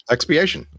Expiation